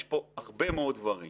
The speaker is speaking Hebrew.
יש פה הרבה מאוד דברים